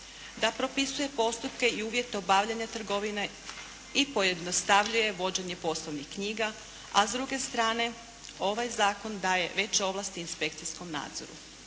da propisuje postotke i uvjet obavljanja trgovine i pojednostavljuje vođenje poslovnih knjiga, a s druge strane ovaj zakon daje veće ovlasti inspekcijskom nadzoru.